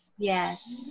Yes